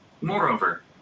Moreover